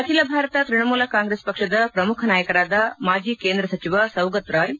ಆಖಿಲ ಭಾರತ ತೃಣಮೂಲ್ ಕಾಂಗ್ರೆಸ್ ಪಕ್ಷದ ಪ್ರಮುಖ ನಾಯಕರಾದ ಮಾಜಿ ಕೇಂದ್ರ ಸಚಿವ ಸೌಗತ್ ರಾಯ್